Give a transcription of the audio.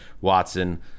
Watson